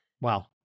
Wow